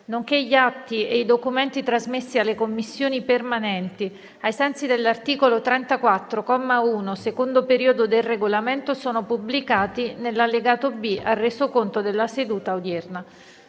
nonché gli atti e i documenti trasmessi alle Commissioni permanenti ai sensi dell'articolo 34, comma 1, secondo periodo, del Regolamento sono pubblicati nell'allegato B al Resoconto della seduta odierna.